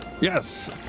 Yes